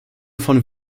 von